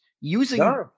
using